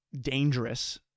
dangerous